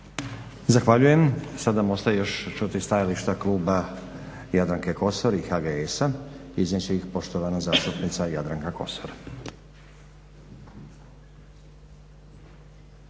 Sada nam ostaje još čuti stajališta Kluba Jadranke Kosor i HGS-a. Iznijeti će ih poštovana zastupnica Jadranka Kosor.